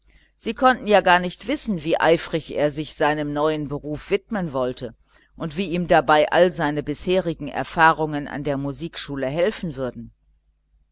sie konnten ja gar nicht wissen wie eifrig er sich seinem neuen beruf widmen wollte und wie ihm dabei all seine seitherigen erfahrungen an der musikschule zustatten kommen würden